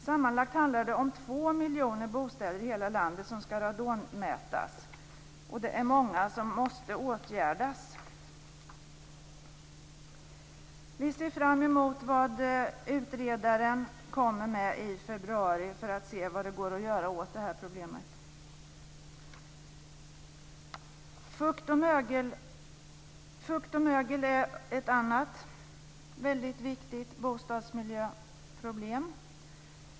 Sammanlagt handlar det om två miljoner bostäder i hela landet som ska radonmätas. Det är många som måste åtgärdas. Vi ser fram emot det som utredaren kommer med i februari för att se vad som går att göra åt det här problemet. Fukt och mögel är ett annat väldigt viktigt bostadsmiljöproblem.